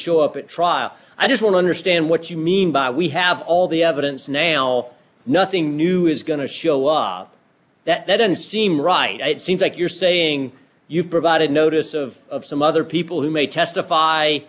show up at trial i just will understand what you mean by we have all the evidence now nothing new is going to show up that they don't seem right it seems like you're saying you've provided notice of some other people who may testify